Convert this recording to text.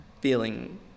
feeling